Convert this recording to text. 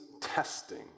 testing